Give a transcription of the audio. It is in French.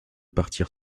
partir